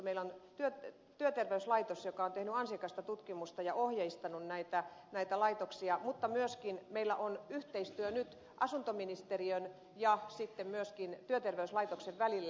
meillä on työterveyslaitos joka on tehnyt ansiokasta tutkimusta ja ohjeistanut näitä laitoksia mutta myöskin meillä on yhteistyö nyt asuntoministeriön ja sitten myöskin työterveyslaitoksen välillä